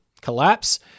collapse